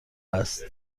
است